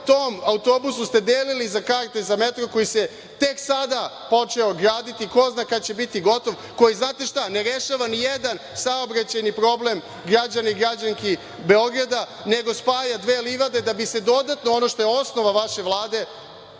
tom autobusu ste deli karte za metro koji se tek sada počeo graditi i ko zna kada će biti gotov, koji znate šta, ne rešava nijedan saobraćajni problem građana i građanki Beograda, nego spaja dve livade da bi se dodatno, ono što je osnova vaše vlade